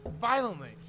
Violently